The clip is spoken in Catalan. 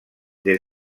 des